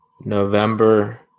November